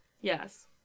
Yes